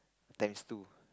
times two